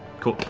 cool.